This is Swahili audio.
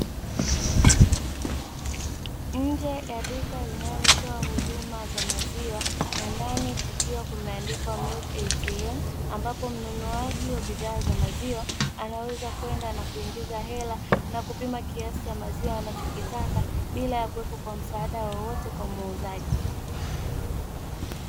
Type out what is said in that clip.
Nje ya duka linalotoa huduma za maziwa na ndani, kukiwa kumeandikwa ''milk atm'' ambapo mnunuaji wa bidhaa za maziwa anaweza kwenda na kuingiza hela na kupima kiasi cha maziwa anachokitaka bila ya kuwepo kwa msaada wowote kwa muuzaji.